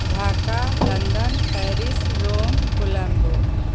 Dhaka London Paris Rome Colombo